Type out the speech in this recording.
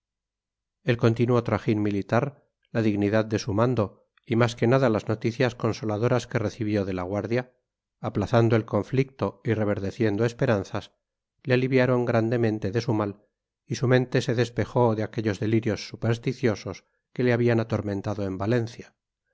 el continuo trajín militar la dignidad de su mando y más que nada las noticias consoladoras que recibió de la guardia aplazando el conflicto y reverdeciendo esperanzas le aliviaron grandemente de su mal y su mente se despejó de aquellos delirios supersticiosos que le habían atormentado en valencia